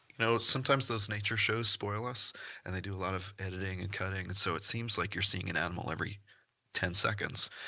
you know sometimes those nature shows spoil us and they do a lot of editing and cutting and so it seems like you're seeing an animal every ten seconds.